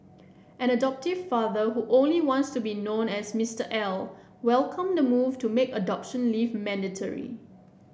an adoptive father who only wants to be known as Mister L welcomed the move to make adoption leave mandatory